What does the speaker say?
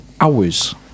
hours